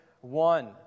one